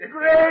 great